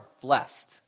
blessed